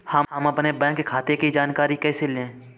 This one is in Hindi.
हम अपने बैंक खाते की जानकारी कैसे लें?